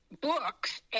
books